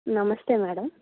నమస్తే మ్యాడమ్